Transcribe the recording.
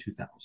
2000